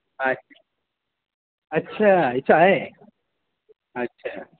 اچھ اچھا ایسا ہے اچھا